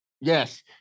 Yes